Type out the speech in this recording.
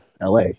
LA